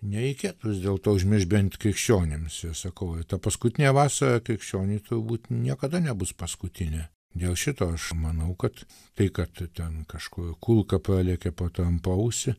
nereikėtų vis dėlto užmiršt bent krikščionims ir sakau tą paskutinę vasarą krikščioniui turbūt niekada nebus paskutinė dėl šito aš manau kad tai kad tu ten kažkur kulka pralekė pro trampo ausį